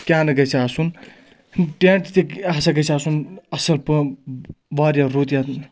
کیٛاہ نہٕ گژھِ آسُن ٹینٛٹ تہِ ہَسا گژھِ آسُن اَصٕل پٲٹھۍ واریاہ رُت یَتھ